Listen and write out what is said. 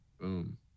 Boom